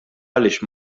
għaliex